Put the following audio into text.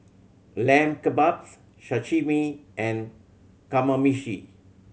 Lamb Kebabs Sashimi and Kamameshi